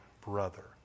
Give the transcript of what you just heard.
brother